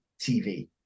tv